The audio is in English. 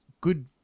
good